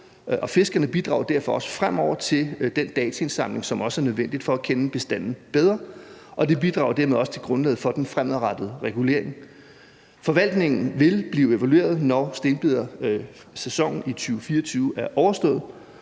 fiskerne bidrager derfor også fremover til den dataindsamling, som også er nødvendig for at kende bestanden bedre. Det bidrager dermed også til grundlaget for den fremadrettede regulering. Forvaltningen vil blive evalueret, når stenbidersæsonen i 2024 er overstået,